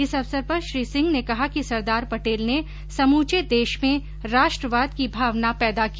इस अवसर पर श्री सिंह ने कहा कि सरदार पटेल ने समूचे देश में राष्ट्रवाद की भावना पैदा की